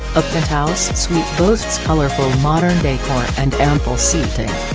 a penthouse suite boasts colorful modern decor and ample seating.